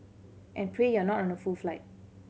and pray you're not on a full flight